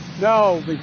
No